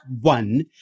one